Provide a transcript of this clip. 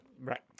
Right